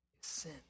sin